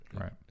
Right